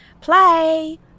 Play